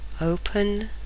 open